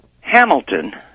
Hamilton